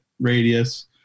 radius